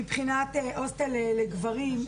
מבחינת הוסטל לגברים,